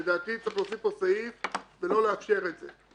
לדעתי צריך להוסיף פה סעיף ולא לאפשר את זה.